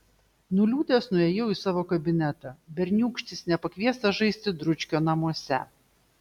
nuliūdęs nuėjau į savo kabinetą berniūkštis nepakviestas žaisti dručkio namuose